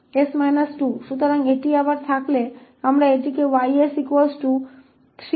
दाहिने हाथ की ओर 16 − 3𝑠 − 2 होगा